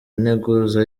integuza